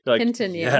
continue